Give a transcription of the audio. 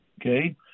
okay